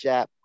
App